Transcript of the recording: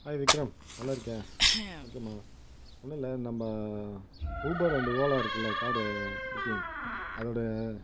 hi Vikram நல்லாருக்கியா ஓகேம்மா ஒன்றும் இல்லை நம்ம ஊபர் அன்டு ஓலா இருக்குல்ல காரு புக்கிங் அதோடய